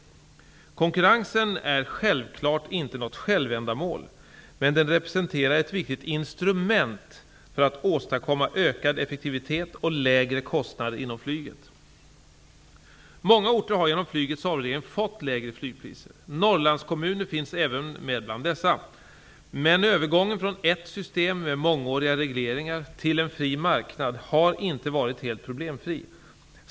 Konkurrensen är självklart inte något självändamål, men den representerar ett viktigt instrument för att åstadkomma ökad effektivitet och lägre kostnader inom flyget. Många orter har genom flygets avreglering fått lägre flygpriser. Norrlandskommuner finns även med bland dessa. Men övergången från ett system med mångåriga regleringar till en fri marknad har inte varit helt problemfri.